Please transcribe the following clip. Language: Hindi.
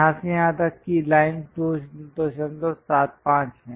यहाँ से यहाँ तक कि लाइन 275 है